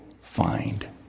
find